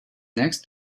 next